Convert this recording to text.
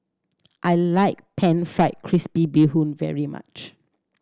I like Pan Fried Crispy Bee Hoon very much